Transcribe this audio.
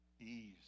ease